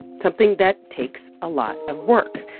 something that takes a lot of work.